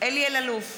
אלי אלאלוף,